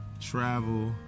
travel